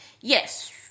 Yes